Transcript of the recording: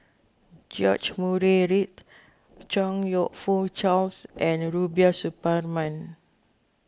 George Murray Reith Chong You Fook Charles and Rubiah Suparman